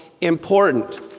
important